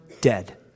dead